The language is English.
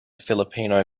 filipino